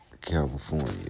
California